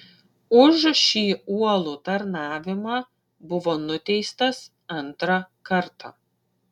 už šį uolų tarnavimą buvo nuteistas antrą kartą